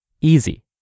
easy